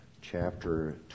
chapter